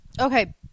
Okay